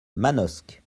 manosque